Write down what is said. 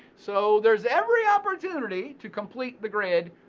so there's every opportunity to complete the grid.